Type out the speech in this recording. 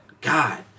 God